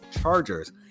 Chargers